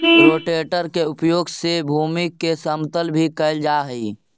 rotator के उपयोग से भूमि के समतल भी कैल जा हई